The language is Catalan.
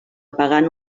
pagant